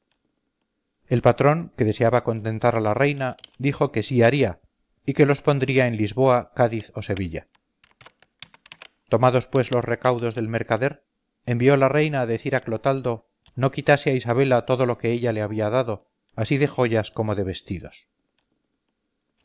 el patrón que deseaba contentar a la reina dijo que sí haría y que los pondría en lisboa cádiz o sevilla tomados pues los recaudos del mercader envió la reina a decir a clotaldo no quitase a isabela todo lo que ella le había dado así de joyas como de vestidos